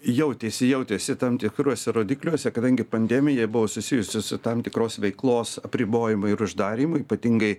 jautėsi jautėsi tam tikruose rodikliuose kadangi pandemija buvo susijusi su tam tikros veiklos apribojimu ir uždarymu ypatingai